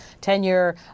tenure